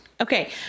Okay